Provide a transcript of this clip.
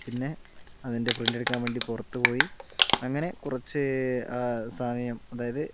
പിന്നെ അതിൻ്റെ പ്രിൻറ് എടുക്കാൻ വേണ്ടി പുറത്തുപോയി അങ്ങനെ കുറച്ച് സമയം അതായത്